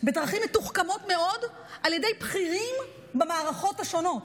בדרכים מתוחכמות מאוד על ידי בכירים במערכות השונות.